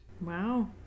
Wow